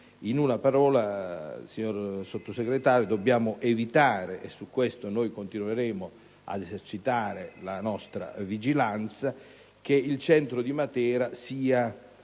In una parola, signor Sottosegretario, dobbiamo evitare, e su questo continueremo ad esercitare la nostra vigilanza, che il Centro di Matera sia